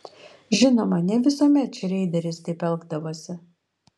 žinoma ne visuomet šreideris taip elgdavosi